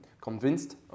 convinced